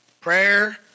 prayer